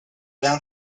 down